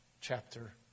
chapter